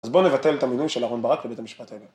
אז בואו נבטל את המינוי של אהרון ברק בבית המשפט העליון.